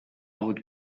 would